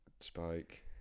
Spike